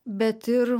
bet ir